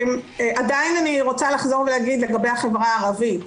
עדיין אני רוצה לחזור ולהגיד לגבי החברה הערבית.